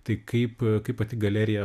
tai kaip kaip pati galerija